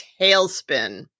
tailspin